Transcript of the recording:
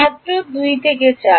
ছাত্র 2 থেকে 4